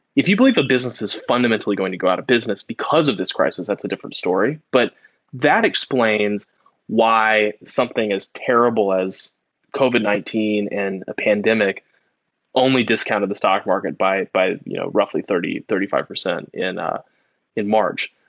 if you believe the business is fundamentally going to go out of business because of this crisis, that's a different story. but that sed why something as terrible as covid nineteen and a pandemic only discount of the stock market by by you know roughly thirty percent, thirty five percent in ah in march.